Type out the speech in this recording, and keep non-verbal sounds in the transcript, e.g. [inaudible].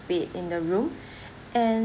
bed in the room [breath] and